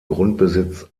grundbesitz